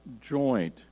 joint